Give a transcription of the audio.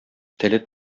теле